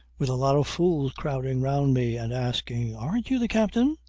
with a lot of fools crowding round me and asking, aren't you the captain?